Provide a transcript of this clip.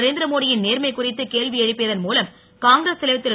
நரேந்திரமோடி யின் நேர்மை குறித்து கேள்வி எழுப்பியதன் மூலம் காங்கிரஸ் தலைவர் திரு